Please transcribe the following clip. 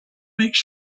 makes